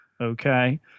Okay